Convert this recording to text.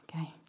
Okay